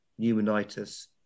pneumonitis